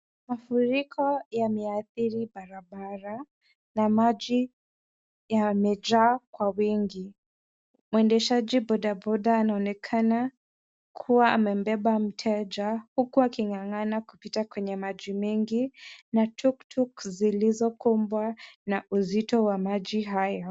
Mafuriko yameathiri barabara na maji yamejaa kwa wingi. Mwendeshaji bodaboda anaonekana kuwa amembeba mteja huku aking'ang'ana kupita kwenye maji mengi na tuktuk zilizokumbwa na uzito wa maji hayo.